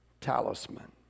talisman